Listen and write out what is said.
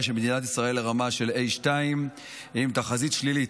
של מדינת ישראל לרמה של A2 עם תחזית שלילית.